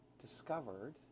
discovered